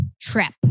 trip